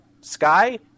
Sky